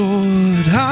Lord